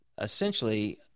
Essentially